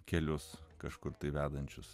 kelius kažkur tai vedančius